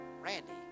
Randy